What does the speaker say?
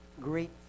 great